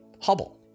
Hubble